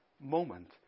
moment